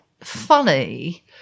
funny